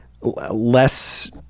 less